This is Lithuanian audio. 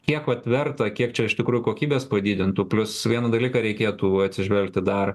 kiek vat verta kiek čia iš tikrųjų kokybės padidintų plius vieną dalyką reikėtų atsižvelgti dar